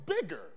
bigger